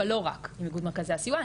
אבל לא רק עם איגוד מרכזי הסיוע,